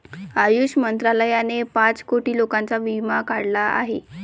आयुष मंत्रालयाने पाच कोटी लोकांचा विमा काढला आहे